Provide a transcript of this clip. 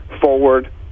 forward